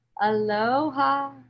Aloha